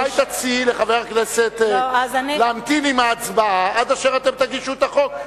אולי תציעי לחבר הכנסת להמתין עם ההצבעה עד אשר אתם תגישו את החוק,